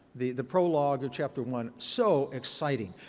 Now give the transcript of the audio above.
the the prologue, chapter one, so exciting.